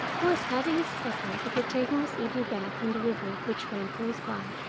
who was having his supper before taking his evening bath in the river which ran close by.